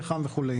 פחם וכו'.